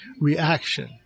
reaction